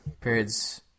periods